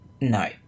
no